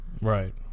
Right